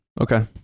Okay